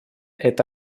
эта